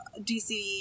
DC